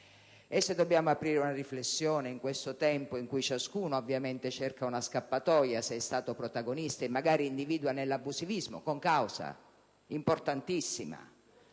Se dobbiamo aprire una riflessione, in questo tempo in cui ciascuno ovviamente cerca una scappatoia se è stato protagonista e magari individua nell'abusivismo una concausa importantissima